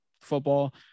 football